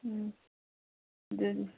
ꯎꯝ ꯑꯗꯨꯅꯤ